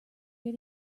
hear